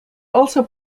also